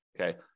Okay